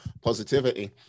positivity